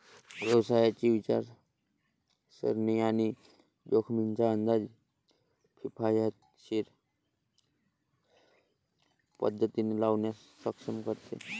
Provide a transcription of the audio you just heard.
व्यवसायाची विचारसरणी आणि जोखमींचा अंदाज किफायतशीर पद्धतीने लावण्यास सक्षम करते